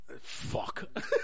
Fuck